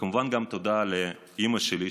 כמובן גם תודה לאימא שלי,